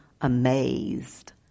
amazed